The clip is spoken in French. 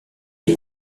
est